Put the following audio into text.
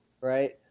right